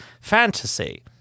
Fantasy